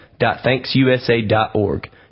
ThanksUSA.org